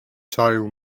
tale